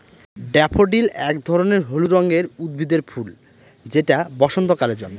daffodil এক ধরনের হলুদ রঙের উদ্ভিদের ফুল যেটা বসন্তকালে জন্মায়